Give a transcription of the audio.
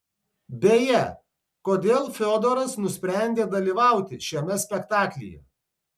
beje kodėl fiodoras nusprendė dalyvauti šiame spektaklyje